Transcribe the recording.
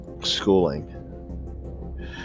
schooling